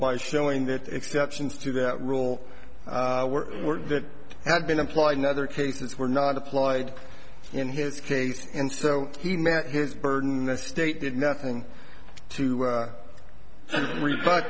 by showing that exceptions to that rule were work that had been applied in other cases were not applied in his case and so he met his burden the state did nothing to re